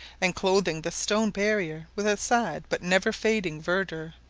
and clothing the stone barrier with a sad but never-fading verdure.